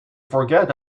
forget